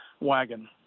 wagon